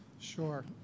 sure